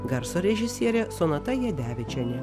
garso režisierė sonata jadevičienė